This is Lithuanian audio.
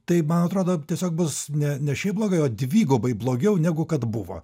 tai man atrodo tiesiog bus ne ne šiaip blogai o dvigubai blogiau negu kad buvo